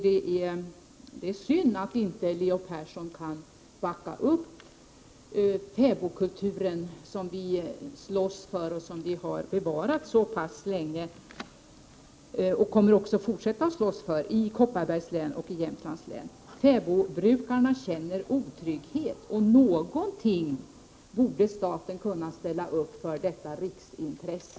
Det är synd att Leo Persson inte kan backa upp fäbodkulturen, som har bevarats så pass länge, som vi slåss för och kommer att fortsätta att slåss för i Kopparbergs och Jämtlands län. Fäbodbrukarna känner otrygghet, och staten borde kunna ställa upp med någonting för detta riksintresse.